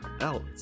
out